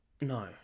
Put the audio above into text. No